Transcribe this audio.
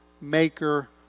maker